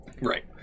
Right